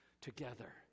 together